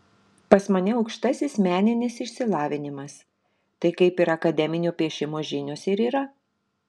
pas mane aukštasis meninis išsilavinimas tai kaip ir akademinio piešimo žinios ir yra